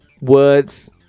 Words